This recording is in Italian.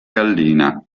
gallina